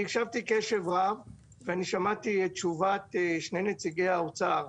אני הקשבתי קשב רב ושמעתי את תשובת שני נציגי האוצר,